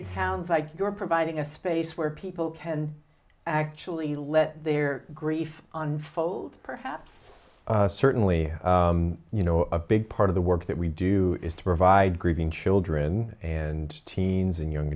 it sounds like you're providing a space where people can actually let their grief unfold perhaps certainly you know a big part of the work that we do is to provide grieving children and teens and young